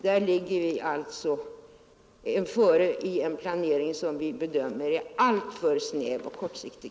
Där ligger vi alltså före i en planering som vi bedömer är alltför snäv och kortsiktig.